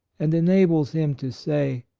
and enables him to say,